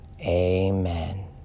amen